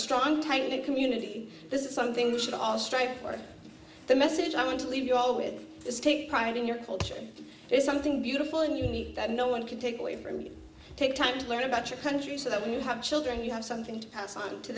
strong tight knit community this is something we should all strive for the message i want to leave you all with is take pride in your culture something beautiful and unique that no one can take away from you take time to learn about your country so that when you have children you have something to pass on to